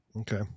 Okay